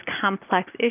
complex